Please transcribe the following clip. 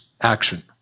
action